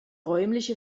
räumliche